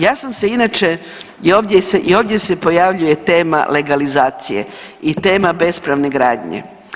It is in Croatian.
Ja sam se inače i ovdje se pojavljuje tema legalizacije i tema bespravne gradnje.